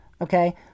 Okay